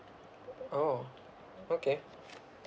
oh okay